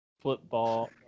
football